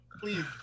please